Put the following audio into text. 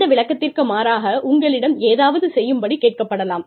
இந்த விளக்கத்திற்கு மாறாக உங்களிடம் ஏதாவது செய்யும்படி கேட்கப்படலாம்